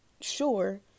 sure